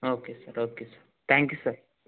okay sir okay sir thank you sir